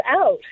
out